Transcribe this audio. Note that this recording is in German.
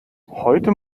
heute